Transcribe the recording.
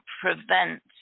prevent